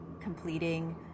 completing